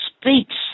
speaks